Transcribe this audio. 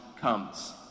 comes